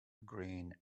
green